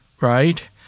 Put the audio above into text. Right